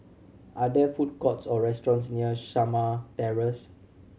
are there food courts or restaurants near Shamah Terrace